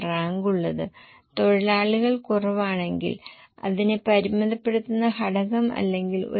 ഞങ്ങൾ വീണ്ടും കേസിലേക്ക് പോകും അത് വളരെ വ്യക്തമായി നൽകിയിരിക്കുന്നു